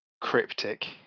cryptic